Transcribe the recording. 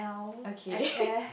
okay